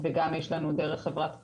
וגם יש לנו דרך חברת "קרוז"